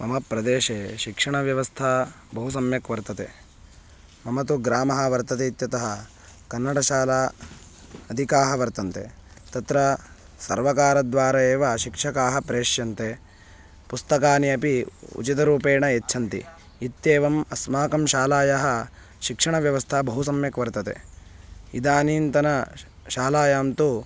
मम प्रदेशे शिक्षणव्यवस्था बहु सम्यक् वर्तते मम तु ग्रामः वर्तते इत्यतः कन्नडशालाः अधिकाः वर्तन्ते तत्र सर्वकारद्वारा एव शिक्षकाः प्रेष्यन्ते पुस्तकानि अपि उचितरूपेण यच्छन्ति इत्येवम् अस्माकं शालायाः शिक्षणव्यवस्था बहु सम्यक् वर्तते इदानीन्तन शालायां तु